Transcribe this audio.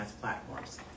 platforms